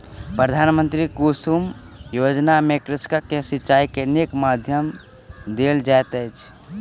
प्रधानमंत्री कुसुम योजना में कृषक के सिचाई के नीक माध्यम देल जाइत अछि